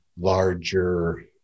larger